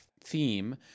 theme